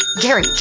Gary